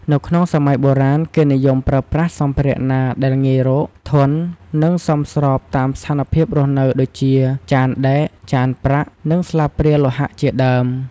នៅក្នុងសម័យបុរាណគេនិយមប្រើប្រាស់សម្ភារៈណាដែលងាយរក ធន់ និងសមស្របតាមស្ថានភាពរស់នៅដូចជា ចានដែក ចានប្រាក់ និងស្លាបព្រាលោហៈជាដើម។